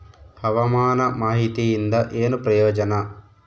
ಹವಾಮಾನ ಮಾಹಿತಿಯಿಂದ ಏನು ಪ್ರಯೋಜನ?